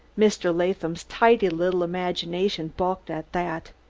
mr. latham's tidy little imagination balked at that.